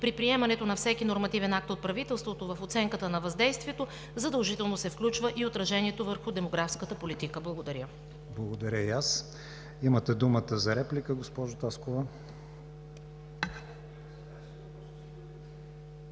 при приемането на всеки нормативен акт от правителството. В оценката на въздействието задължително се включва и отражението върху демографската политика. Благодаря. ПРЕДСЕДАТЕЛ КРИСТИАН ВИГЕНИН: Благодаря и аз. Имате думата за реплика, госпожо Таскова.